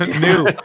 New